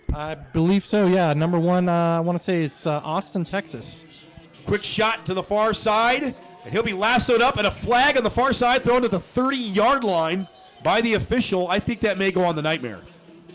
believe so. yeah. number one. i want to say it's austin, texas quit shot to the far side and he'll be lassoed up at a flag on the far side thrown at the thirty yard line by the official i think that may go on the nightmare